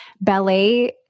Ballet